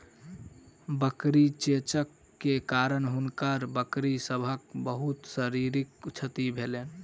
बकरी चेचक के कारण हुनकर बकरी सभक बहुत शारीरिक क्षति भेलैन